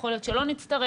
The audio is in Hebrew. יכול להיות שלא נצטרך,